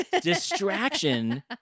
distraction